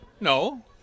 No